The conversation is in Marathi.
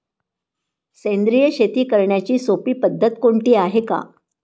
सेंद्रिय शेती करण्याची सोपी पद्धत कोणती आहे का?